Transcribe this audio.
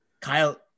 Kyle